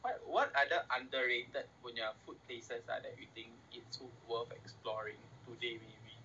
what what are the underrated punya food places ah the rating it to worth exploring today maybe